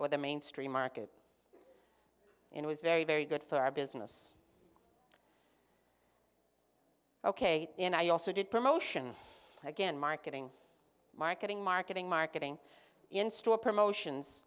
or the mainstream market it was very very good for our business ok and i also did promotion again marketing marketing marketing marketing in store promotions